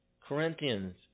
Corinthians